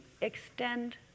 extend